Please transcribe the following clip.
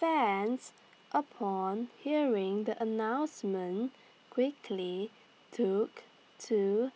fans upon hearing the announcement quickly took to